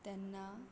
तेन्ना